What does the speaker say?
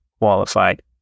qualified